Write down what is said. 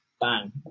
Bang